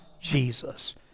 Jesus